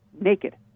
naked